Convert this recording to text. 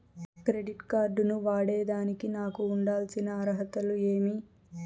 Credit card ను వాడేదానికి నాకు ఉండాల్సిన అర్హతలు ఏమి?